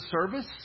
service